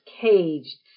caged